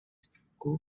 school